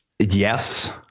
Yes